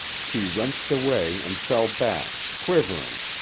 she wrenched away and fell back, quivering,